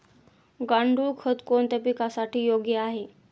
गांडूळ खत कोणत्या पिकासाठी योग्य आहे?